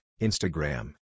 Instagram